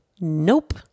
nope